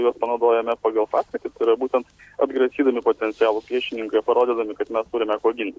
juos panaudojome pagal paskirtį tai yra būtent atgrasydami potencialų priešininką ir parodydami kad mes turime kuo ginti